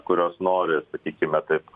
kurios nori sakykime taip